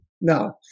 No